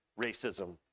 racism